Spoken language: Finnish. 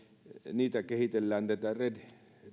niitä kehitellään näitä red